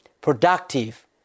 productive